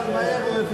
אבל מהר הוא,